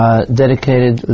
Dedicated